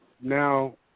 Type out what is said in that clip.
now